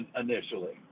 initially